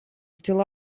still